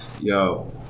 Yo